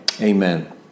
Amen